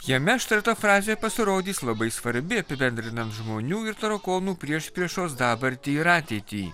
jame ištarta frazė pasirodys labai svarbi apibendrinant žmonių ir tarakonų priešpriešos dabartį ir ateitį